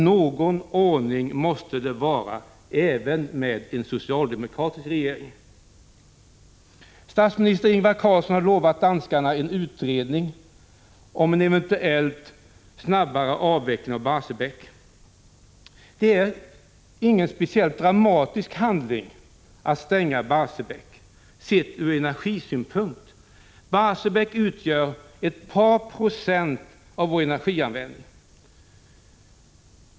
Någon ordning måste det vara även med en socialdemokratisk regering! Statsminister Ingvar Carlsson har lovat danskarna en utredning om en eventuellt snabbare avveckling av Barsebäck. Det är ingen speciellt dramatisk handling att stänga Barsebäck, sett ur energisynpunkt. Barsebäck utgör ett par procent av vår energianvändning.